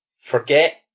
Forget